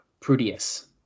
Prudius